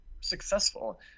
successful